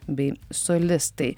bei solistai